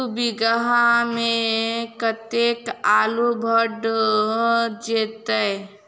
दु बीघा मे कतेक आलु भऽ जेतय?